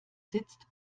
sitzt